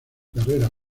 carrera